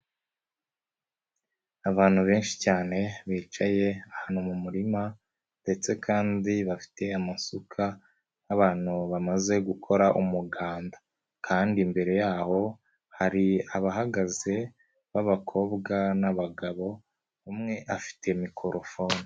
Abantu benshi cyane, bicaye ahantu mu murima ndetse kandi bafite amasuka nk'abantu bamaze gukora umuganda kandi imbere yaho hari abahagaze b'abakobwa n'abagabo, umwe afite mikorofone.